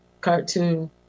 cartoon